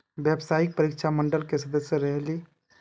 व्यावसायिक परीक्षा मंडल के सदस्य रहे ली?